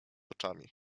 oczami